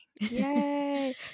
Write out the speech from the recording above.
Yay